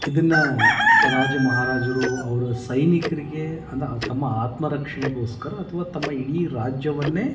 ಇದನ್ನು ರಾಜ ಮಹಾರಾಜರು ಅವರ ಸೈನಿಕರಿಗೆ ಅಂದ್ರೆ ತಮ್ಮ ಆತ್ಮರಕ್ಷಣೆಗೋಸ್ಕರ ಅಥವಾ ತಮ್ಮ ಇಡೀ ರಾಜ್ಯವನ್ನೇ